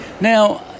now